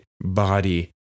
body